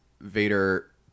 Vader